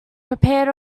prepared